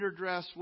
underdress